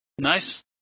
nice